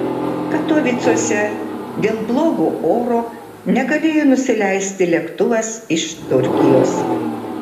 katovicuose dėl blogo oro negalėjo nusileisti lėktuvas iš turkijos